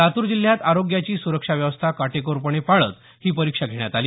लातूर जिल्ह्यात आरोग्याची सुरक्षा व्यवस्था काटेकोरपणे पाळत ही परीक्षा घेण्यात आली